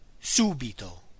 SUBITO